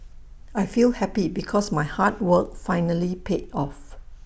I feel happy because my hard work finally paid off